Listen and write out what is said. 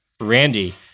Randy